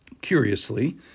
Curiously